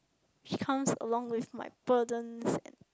she comes along with my burdens and